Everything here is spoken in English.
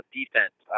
defense